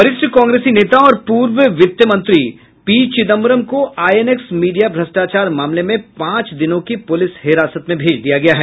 वरिष्ठ कांग्रेस नेता और पूर्व वित्त मंत्री पी चिदम्बरम को आईएनएक्स मीडिया भ्रष्टाचार मामले में पांच दिनों की पुलिस हिरासत में भेज दिया गया है